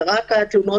זה רק התלונות